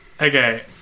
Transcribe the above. Okay